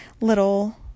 little